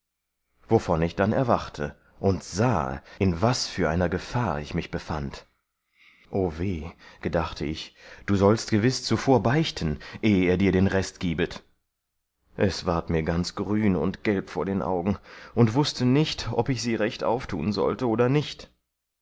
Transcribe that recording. wovon ich dann erwachte und sahe in was vor einer gefahr ich mich befand o weh gedachte ich du sollst gewiß zuvor beichten ehe er dir den rest gibet es ward mir ganz grün und gelb vor den augen und wußte nicht ob ich sie recht auftun sollte oder nicht